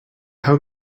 how